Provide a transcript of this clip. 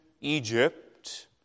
Egypt